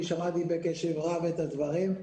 שמעתי בקשב רב את הדברים,